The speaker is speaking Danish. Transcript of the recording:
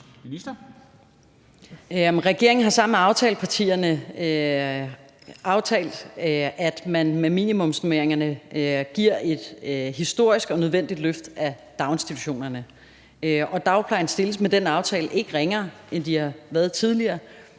Regeringen har sammen med aftalepartierne aftalt, at man med minimumsnormeringerne giver et historisk og nødvendigt løft af daginstitutionerne. Dagplejen stilles med den aftale ikke ringere, end de har været tidligere.